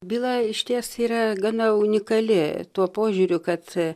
byla išties yra gana unikali tuo požiūriu kad